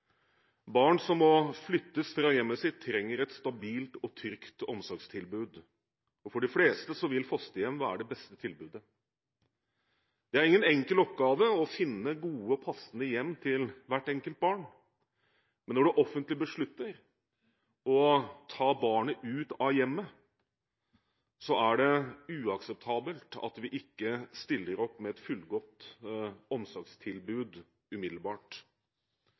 Barn som må flyttes fra hjemmet sitt, trenger et stabilt og trygt omsorgstilbud, og for de fleste vil fosterhjem være det beste tilbudet. Det er ingen enkel oppgave å finne gode og passende hjem til hvert enkelt barn, men når det offentlige beslutter å ta barnet ut av hjemmet, er det uakseptabelt at vi ikke stiller opp med et fullgodt omsorgstilbud umiddelbart.